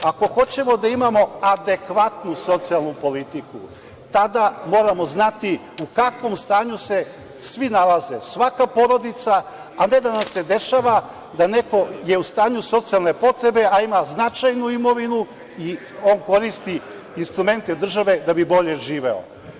Ako hoćemo da imamo adekvatnu socijalnu politiku, tada moramo znati u kakvom stanju se svi nalaze, svaka porodica, a ne da nam se dešava da neko je u stanju socijalne potrebe a ima značajnu imovinu i on koristi instrumente države da bi bolje živeo.